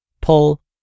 pull